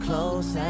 Close